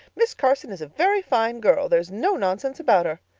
miss carson is a very fine girl. there is no nonsense about her.